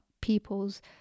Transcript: people's